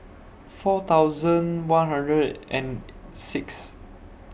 four thousand one hundred and Sixth